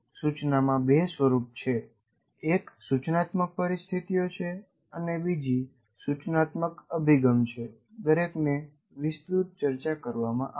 સૂચનામાં બે સ્વરૂપ છે એક સૂચનાત્મક પરિસ્થિતિઓ છે અને બીજી સૂચનાત્મક અભિગમ છે દરેકને વિસ્તૃત ચર્ચા કરવામાં આવશે